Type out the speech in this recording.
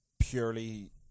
purely